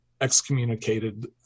excommunicated